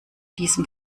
diesem